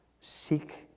seek